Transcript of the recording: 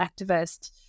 activist